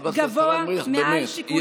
חברת הכנסת כמאל מריח, באמת.